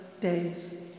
days